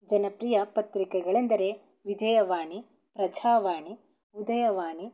ಜನಪ್ರಿಯ ಪತ್ರಿಕೆಗಳೆಂದರೆ ವಿಜಯವಾಣಿ ಪ್ರಜಾವಾಣಿ ಉದಯವಾಣಿ